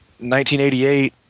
1988